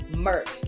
merch